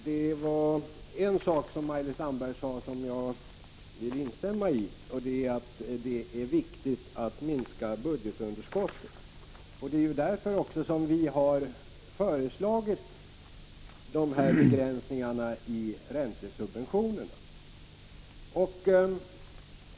Herr talman! En sak som Maj-Lis Landberg sade vill jag instämma i, nämligen att det är viktigt att minska budgetunderskottet. Det är också därför som vi föreslagit de här begränsningarna i räntesubventionerna.